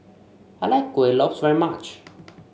I like Kuih Lopes very much